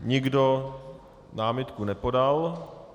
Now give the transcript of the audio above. Nikdo námitku nepodal.